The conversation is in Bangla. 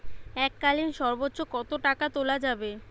এককালীন সর্বোচ্চ কত টাকা তোলা যাবে?